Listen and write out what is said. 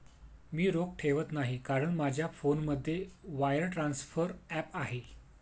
मी रोख ठेवत नाही कारण माझ्या फोनमध्ये वायर ट्रान्सफर ॲप आहे